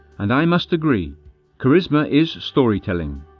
and i must agree charisma is story-telling.